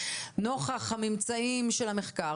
נוכח הממצאים של המחקר,